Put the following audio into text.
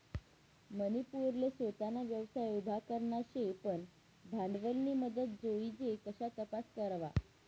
मनी पोरले सोताना व्यवसाय उभा करना शे पन भांडवलनी मदत जोइजे कशा तपास करवा?